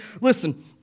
Listen